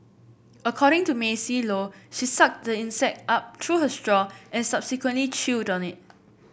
according to Maisie Low she sucked the insect up through her straw and subsequently chewed on it